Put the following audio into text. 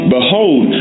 Behold